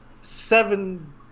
seven